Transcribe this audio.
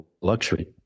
luxury